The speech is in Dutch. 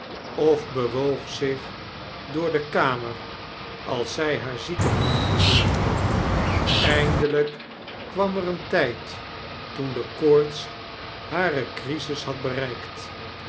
of bewoog zich door de kamer als zy haar zieken man verzorgde eindelfik kwam er een tyd toen de koorts hare crisis had bereikt